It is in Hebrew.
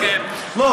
משהו אחר.